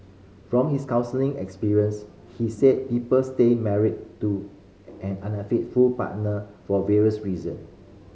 from his counselling experience he said people stay married to an unfaithful partner for various reason